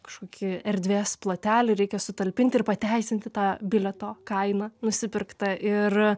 kažkokį erdvės plotelį reikia sutalpinti ir pateisinti tą bilieto kainą nusipirktą ir